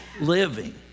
living